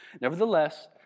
nevertheless